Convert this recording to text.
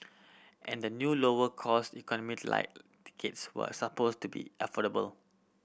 and the new lower cost Economy Lite tickets were supposed to be affordable